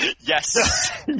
Yes